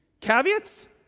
Caveats